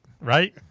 right